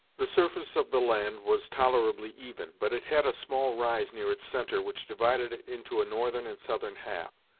the surface of the land was tolerably even, but it had a small rise near its centre, which divided it into a northern and southern half.